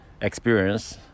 experience